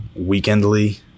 weekendly